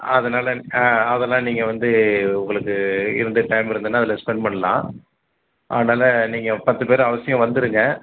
அதனால் அதெல்லாம் நீங்கள் வந்து உங்களுக்கு இருந்த டைம் இருந்ததுனால் அதில் ஸ்பென்ட் பண்ணலாம் அதனால் நீங்கள் பத்து பேர் அவசியம் வந்துடுங்க